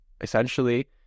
essentially